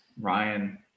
Ryan